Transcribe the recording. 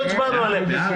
לא הצבענו על הסעיפים האלה.